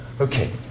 Okay